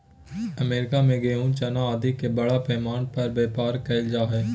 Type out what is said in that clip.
America में गेहूँ, चना आदि के बड़ा पैमाना पर व्यापार कइल जा हलय